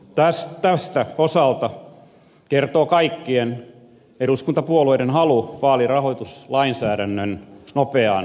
tästä osaltaan kertoo kaikkien eduskuntapuolueiden halu vaalirahoituslainsäädännön nopeaan uudistamiseen